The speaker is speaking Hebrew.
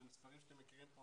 במספרים שאתם מכירים פה,